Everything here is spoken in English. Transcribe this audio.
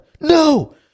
No